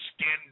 skin